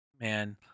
man